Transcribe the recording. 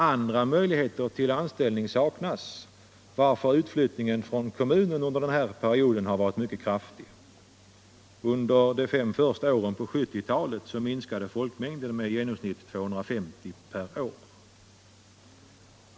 Andra möjligheter till anställning saknas, varför utflyttningen från kommunen under den här perioden har varit mycket kraftig. Under de fem första åren på 1970-talet minskade folkmängden med i genomsnitt 250 per år.